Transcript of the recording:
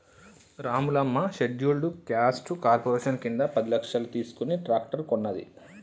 Ramulamma scheduled caste corporation కింద పది లక్షలు తీసుకుని ట్రాక్టర్ కొన్నది